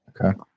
Okay